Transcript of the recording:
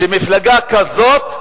כשמפלגה כזאת,